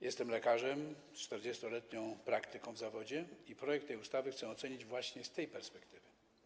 Jestem lekarzem z 40-letnią praktyką w zawodzie i projekt tej ustawy chcę ocenić właśnie z tej perspektywy.